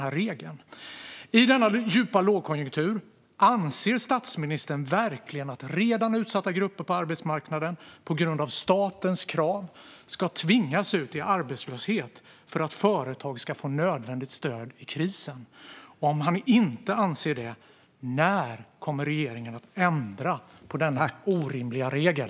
Anser statsministern verkligen, i denna djupa lågkonjunktur, att redan utsatta grupper på arbetsmarknaden på grund av statens krav ska tvingas ut i arbetslöshet för att företag ska få nödvändigt stöd i krisen? Om han inte anser det, när kommer regeringen att ändra på denna orimliga regel?